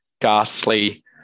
ghastly